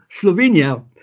Slovenia